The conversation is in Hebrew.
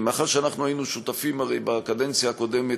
מאחר שהיינו שותפים בקדנציה הקודמת,